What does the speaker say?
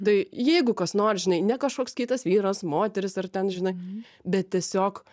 tai jeigu kas nors žinai ne kažkoks kitas vyras moteris ar ten žinai bet tiesiog